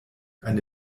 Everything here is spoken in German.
eine